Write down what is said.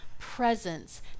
presence